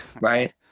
right